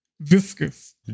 viscous